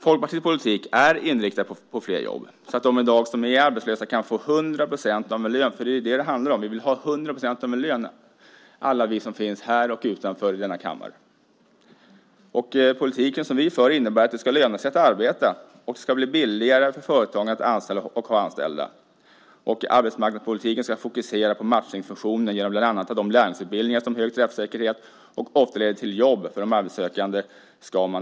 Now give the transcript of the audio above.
Folkpartiets politik är inriktad på flera jobb, så att de som i dag är arbetslösa kan få 100 % av en lön, för det är ju det som det handlar om. Alla vi som finns här och utanför denna kammare vill ha 100 % av en lön. Politiken som vi för innebär att det ska löna sig att arbeta, och det ska bli billigare för företagen att anställa och ha anställda. Arbetsmarknadspolitiken ska fokusera på matchningsfunktionen genom bland annat de lärlingsutbildningar med hög träffsäkerhet som ofta leder till jobb för de arbetssökande.